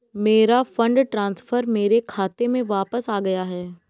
मेरा fund transfer मेरे खाते में वापस आ गया है